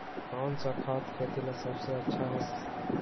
कौन सा खाद खेती ला सबसे अच्छा होई?